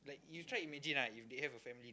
you try imagine lah if they have a family